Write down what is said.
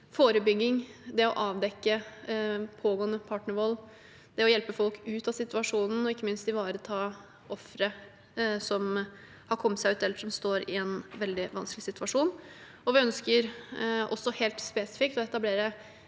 forebygging, det å avdekke pågående partnervold, det å hjelpe folk ut av situasjonen og ikke minst det å ivareta ofre som har kommet seg ut, eller som står i en veldig vanskelig situasjon. Vi ønsker også helt